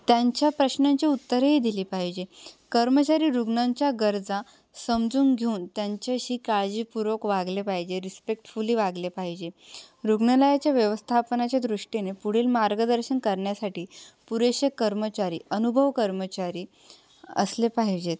त्यांच्या प्रश्नांचे उत्तरही दिली पाहिजे कर्मचारी रुग्णांच्या गरजा समजून घेऊन त्यांच्याशी काळजीपूर्वक वागले पाहिजे रिस्पेक्टफुली वागले पाहिजे रुग्णालयाच्या व्यवस्थापनाच्या दृष्टीने पुढील मार्गदर्शन करण्यासाठी पुरेसे कर्मचारी अनुभव कर्मचारी असले पाहिजेत